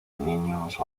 niños